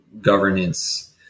governance